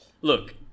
Look